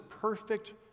perfect